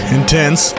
intense